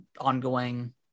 ongoing